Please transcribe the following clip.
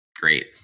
great